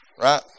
Right